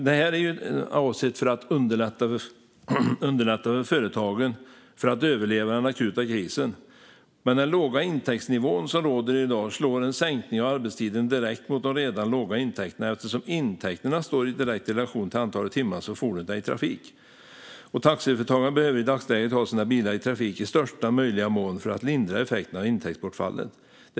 Det här är avsett för att underlätta för företagen så att de kan överleva den akuta krisen. Men med den låga intäktsnivå som råder i dag slår en sänkning av arbetstiden direkt mot de redan låga intäkterna, eftersom intäkterna står i direkt relation till antalet timmar som fordonet är i trafik. Taxiföretagarna behöver i dagsläget ha sina bilar i trafik i största möjliga mån för att lindra effekterna av intäktsbortfallet.